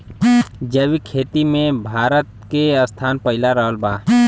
जैविक खेती मे भारत के स्थान पहिला रहल बा